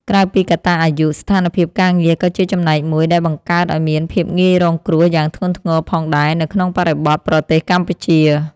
ក្រៅពីកត្តាអាយុ ស្ថានភាពការងារក៏ជាចំណែកមួយដែលបង្កើតឱ្យមានភាពងាយរងគ្រោះយ៉ាងធ្ងន់ធ្ងរផងដែរនៅក្នុងបរិបទប្រទេសកម្ពុជា។